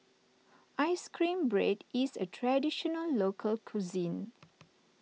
Ice Cream Bread is a Traditional Local Cuisine